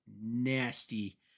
nasty